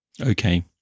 Okay